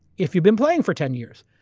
if you've been playing for ten years.